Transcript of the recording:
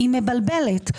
היא מבלבלת.